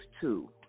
two